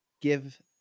give